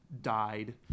died